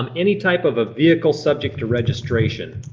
um any type of a vehicle subject to registration.